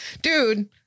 Dude